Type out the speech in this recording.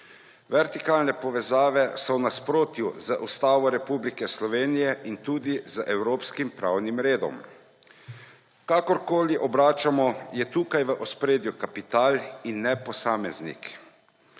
Vertikalne povezave so v nasprotju z Ustavo Republike Slovenije in tudi z evropskim pravnim redom. Kakorkoli obračamo, je tukaj v ospredju kapital in ne posameznik.